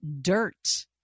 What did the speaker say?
dirt